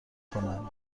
کنند